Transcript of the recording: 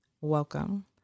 welcome